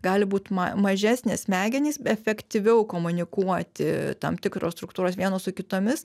gali būt ma mažesnės smegenys efektyviau komunikuoti tam tikros struktūros vienos su kitomis